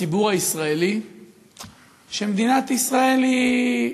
בציבור הישראלי שמדינת ישראל היא,